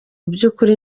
byukuri